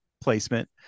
placement